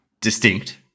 Distinct